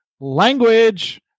Language